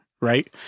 Right